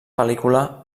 pel·lícula